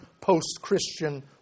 post-Christian